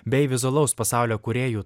bei vizualaus pasaulio kūrėju